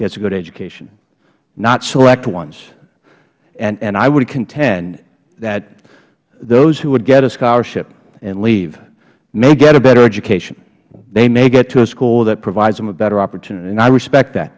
gets a good education not select ones and i would contend that those who would get a scholarship and leave may get a better education they may get to a school that provides them with better opportunity and i respect that